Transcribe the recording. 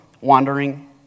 wandering